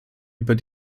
über